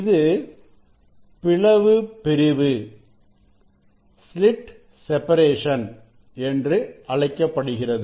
இது பிளவு பிரிவு என்று அழைக்கப்படுகிறது